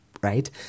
right